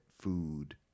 food